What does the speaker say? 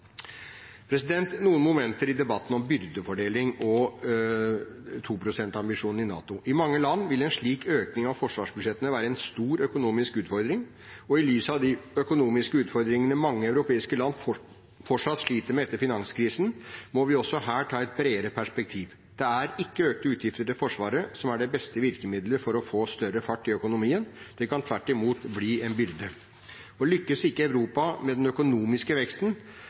Noen momenter i debatten om byrdefordeling og 2 pst.-ambisjonen i NATO: I mange land vil en slik økning av forsvarsbudsjettene være en stor økonomisk utfordring, og i lys av de økonomiske utfordringene mange europeiske land fortsatt sliter med etter finanskrisen, må vi også her ta et bredere perspektiv. Det er ikke økte utgifter til forsvaret som er det beste virkemiddelet for å få større fart i økonomien. Det kan tvert imot bli en byrde. Lykkes ikke Europa med den økonomiske veksten,